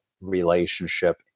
relationship